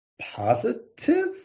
positive